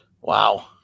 Wow